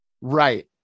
Right